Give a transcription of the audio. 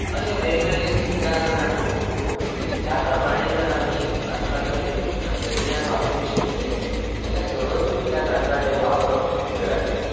अशे वेगवेगळे चित्रां जर आमी ओळखून त्या प्रमाणें जर आमी तांकां जर तंत्रगिन्यान वापरूंक शिकयलें जाल्यार सहज रित्या तांकां तें वापरप शक्य जातलें